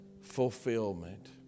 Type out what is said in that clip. fulfillment